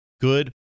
good